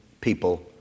people